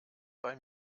bei